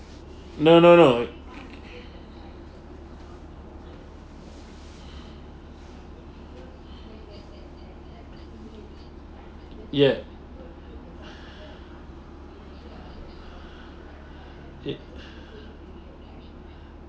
no no no yet it